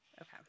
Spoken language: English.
Okay